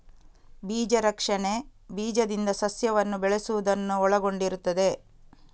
ಬೀಜ ರಕ್ಷಣೆ ಬೀಜದಿಂದ ಸಸ್ಯವನ್ನು ಬೆಳೆಸುವುದನ್ನು ಒಳಗೊಂಡಿರುತ್ತದೆ